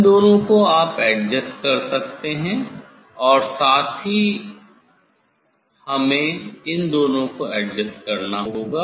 इन दोनों को आप एडजस्ट कर सकते हैं और साथ ही हमें इन दोनों को एडजस्ट करना होगा